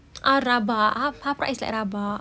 ah rabak ha haprak is like rabak